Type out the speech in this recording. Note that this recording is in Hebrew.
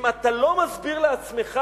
אם אתה לא מסביר לעצמך,